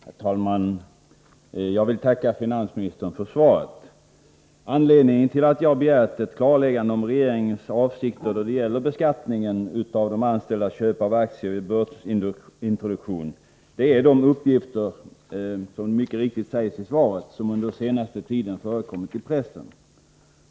Herr talman! Jag vill tacka finansministern för svaret. Anledningen till att jag har begärt ett klarläggande om regeringens avsikter då det gäller beskattning av de anställdas köp av aktier vid börsintroduktion är, som det mycket riktigt sägs i svaret, de uppgifter som under den senaste tiden förekommit i pressen.